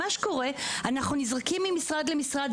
מה שקורה הוא שאנחנו נזרקים ממשרד למשרד,